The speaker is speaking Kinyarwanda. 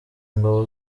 ngabo